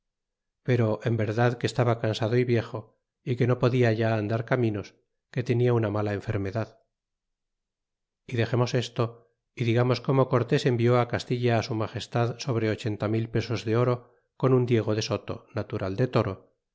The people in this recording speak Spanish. pero en verdad que estaba cansado y viejo y que no podia ya andar caminos que tenia una mala enfermedad y dexemos esto y digamos como cortes envió castilla su magestad sobre ochenta mil pesos de oro con un diego de soto natural de toro